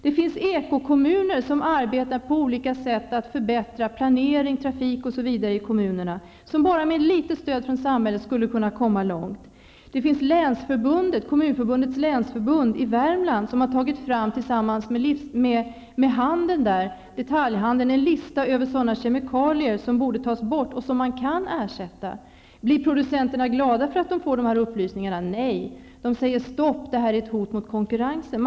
Det finns ekokommuner som arbetar med olika sätt att förbättra planering, trafik osv. och som med bara litet stöd från samhället skulle kunna komma långt. Kommunförbundets länsförbund i Värmland har tillsammans med detaljhandeln där tagit fram en lista över kemikalier som borde tas bort och som man kan ersätta. Blir producenterna glada för att de får de här upplysningarna? Nej, de säger: Stopp, det här är ett hot mot konkurrensen.